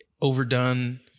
overdone